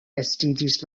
estiĝis